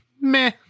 meh